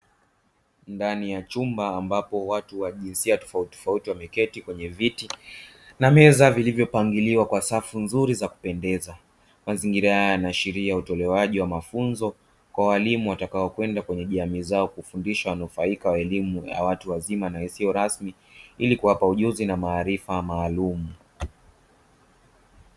Ndani ya chumba ambapo watu wa jinsia tofautitofauti wameketi kwenye viti na meza zilizopangiliwa kwa safu nzuri za kupendeza. Mazingira haya yanaashiria utolewaji wa mafunzo kwa walimu watakaokwenda kwenye jamii zao kufundisha wanufaika wa elimu ya watu wazima na isiyo rasmi ili kuwapa ujuzi na maarifa maalumu.